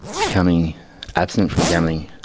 becoming absent from gambling.